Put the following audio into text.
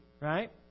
right